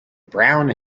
brown